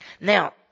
Now